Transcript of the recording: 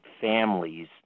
families